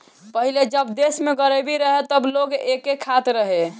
पहिले जब देश में गरीबी रहे तब लोग एके खात रहे